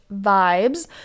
vibes